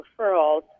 referrals